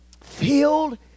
filled